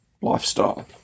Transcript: lifestyle